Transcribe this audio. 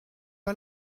pas